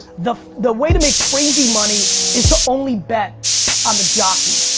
the the way to make crazy money is to only bet on the jockey.